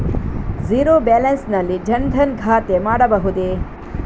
Zero balance ನಲ್ಲಿ ಜನ್ ಧನ್ ಖಾತೆ ಮಾಡಬಹುದೇ?